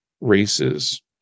races